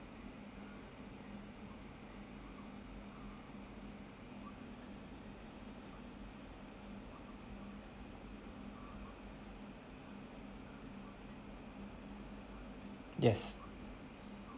yes